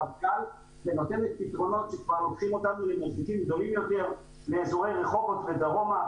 --- ונותנת פתרונות שכבר לוקחים אותנו לאזור רחובות ודרומה,